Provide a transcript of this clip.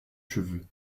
cheveux